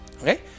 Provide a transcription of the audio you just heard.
Okay